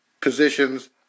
positions